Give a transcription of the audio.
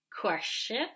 question